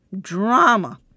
drama